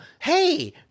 Hey